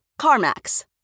CarMax